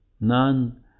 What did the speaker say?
none